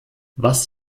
was